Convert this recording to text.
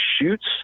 shoots